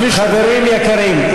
חברים יקרים,